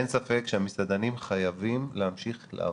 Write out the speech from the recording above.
אין ספק שהמסעדנים חייבים להמשיך לעבוד,